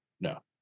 No